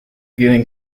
viewing